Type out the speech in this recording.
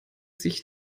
sich